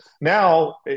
now